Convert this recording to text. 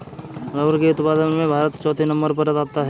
rubber के उत्पादन में भारत चौथे नंबर पर आता है